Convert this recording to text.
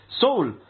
soul